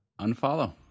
unfollow